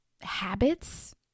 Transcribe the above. habits